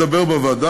או מדבר בוועדה,